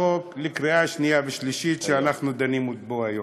לקריאה שנייה ושלישית, מה שאנחנו דנים בו היום.